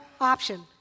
option